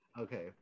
Okay